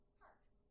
parks